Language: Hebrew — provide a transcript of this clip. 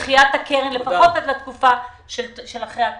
דחיית הקרן לפחות עד לתקופה של אחרי הקורונה.